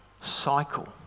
cycle